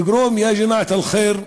תגרום, יא ג'מעת אל-ח'יר,